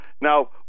now